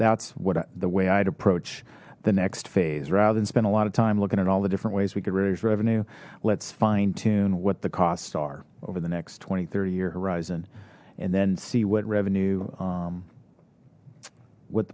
that's what the way i'd approach the next phase rather than spend a lot of time looking at all the different ways we could raise revenue let's fine tune what the costs are over the next twenty thirty year horizon and then see what revenue with what